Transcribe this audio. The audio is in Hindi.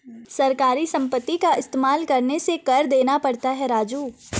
सरकारी संपत्ति का इस्तेमाल करने से कर देना पड़ता है राजू